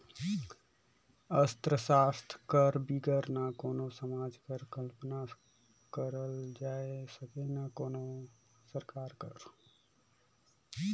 अर्थसास्त्र कर बिगर ना कोनो समाज कर कल्पना करल जाए सके ना कोनो सरकार कर